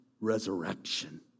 resurrection